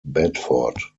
bedford